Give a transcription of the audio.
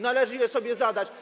Należy je sobie zadać.